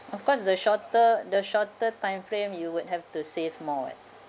of course the shorter the shorter time frame you would have to save more eh